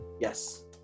Yes